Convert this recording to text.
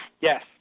Yes